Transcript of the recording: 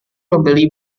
membeli